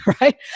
right